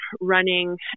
running